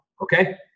okay